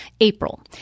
April